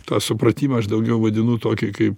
tą supratimą aš daugiau vadinu tokį kaip